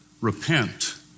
Repent